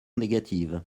négative